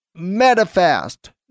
MetaFast